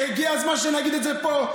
הגיע הזמן שנגיד את זה פה.